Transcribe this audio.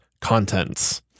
contents